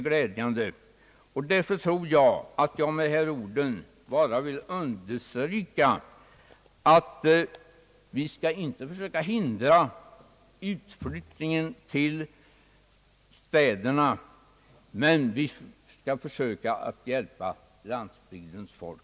Med dessa ord vill jag bara understryka, att vi inte skall försöka hindra flyttningen till städerna, men att vi skall försöka hjälpa landsbygdens folk.